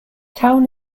town